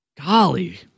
Golly